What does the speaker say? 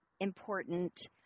important